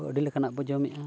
ᱟᱹᱰᱤ ᱞᱮᱠᱟᱱᱟᱜ ᱵᱚ ᱡᱚᱢᱮᱜᱼᱟ